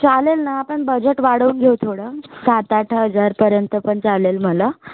चालेल ना आपण बजट वाढवून घेऊ थोडं सात आठ हजारापर्यंत पण चालेल मला